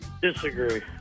Disagree